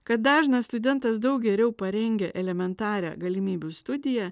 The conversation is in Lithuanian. kad dažnas studentas daug geriau parengia elementarią galimybių studiją